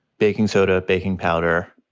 baking soda, baking powder.